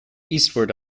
eastward